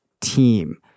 team